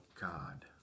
God